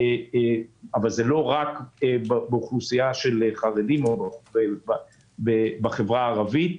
אבל זה לא רק באוכלוסייה של חרדים או בחברה הערבית,